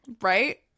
right